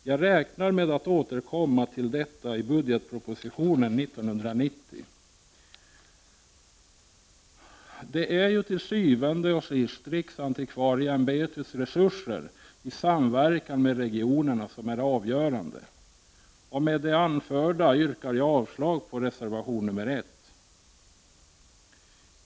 Jag räknar med att återkomma till detta i budgetpropositionen 1990.” Det är ju til syvende og sidst riksantikvarieämbetets resurser, i samverkan med regionerna, som är det avgörande. Med det anförda yrkar jag avslag på reservation 1.